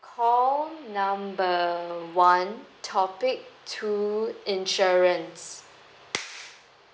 call number one topic two insurance